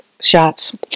shots